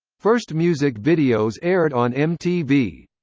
first music videos aired on mtv